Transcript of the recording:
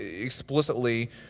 explicitly